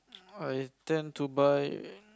I tend to buy